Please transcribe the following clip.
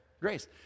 grace